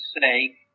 say